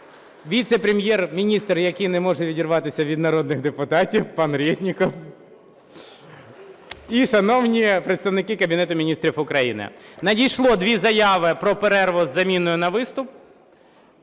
віце-прем'єр-міністр, який не може відірватися від народних депутатів – пан Резніков і шановні представники Кабінету Міністрів України. Надійшло дві заяви про перерву з заміною на виступ.